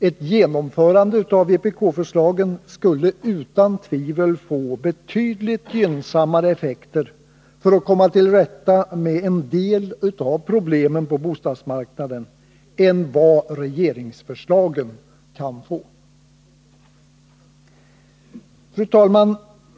Ett genomförande av vpk-förslagen skulle utan tvivel få betydligt gynnsammare effekter när det gäller att komma till rätta med en del av problemen på bostadsmarknaden än - Nr 156 vad regeringsförslagen kan få.